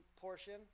portion